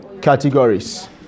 categories